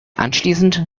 anschließend